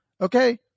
Okay